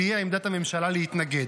תהיה עמדת הממשלה להתנגד.